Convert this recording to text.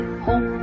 Home